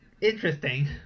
interesting